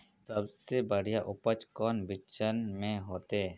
सबसे बढ़िया उपज कौन बिचन में होते?